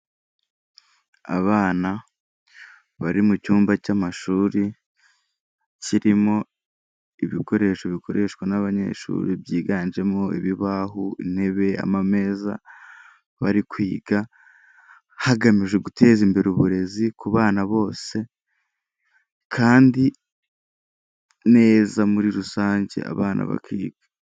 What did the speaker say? Abana bari mu cyumba cy'amashuri kirimo ibikoresho bikoreshwa n'abanyeshuri byiganjemo ibibaho, intebe, ameza. Bari kwiga hagamijwe guteza imbere uburezi ku bana bose kandi neza muri rusange abana bakiga.